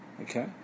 okay